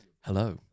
hello